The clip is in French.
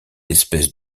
espèce